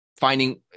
finding